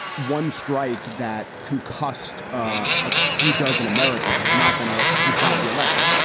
one strike that can cost a few dozen americans is not going to decide the election.